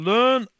Learn